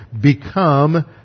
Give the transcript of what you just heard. Become